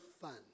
fun